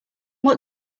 what